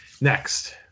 next